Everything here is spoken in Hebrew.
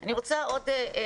אני רוצה להעיר עוד הערה